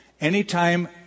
anytime